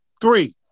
three